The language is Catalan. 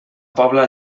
pobla